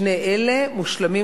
שני אלה מושלמים,